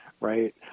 right